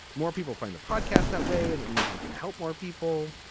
more people find the podcast that way, and that means we can help more people.